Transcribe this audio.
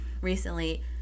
recently